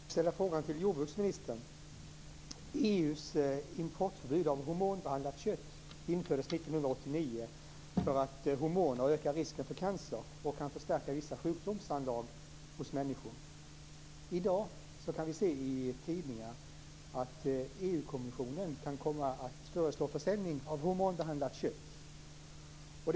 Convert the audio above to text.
Fru talman! Jag vill ställa en fråga till jordbruksministern. EU:s importförbud av hormonbehandlat kött infördes 1989 för att hormoner ökar risken för cancer och kan förstärka vissa sjukdomsanlag hos människor. I dag kan vi se i tidningar att EU-kommissionen kan komma att föreslå försäljning av hormonbehandlat kött.